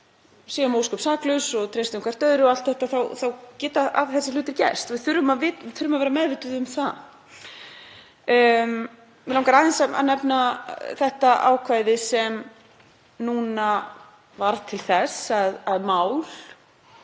séum ósköp saklaus og treystum hvert öðru og allt þetta þá geta þessir hlutir gerst. Við þurfum að vera meðvituð um það. Mig langar aðeins að nefna þetta ákvæði sem núna varð til þess að